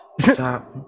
Stop